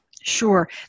Sure